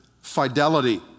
fidelity